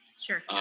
Sure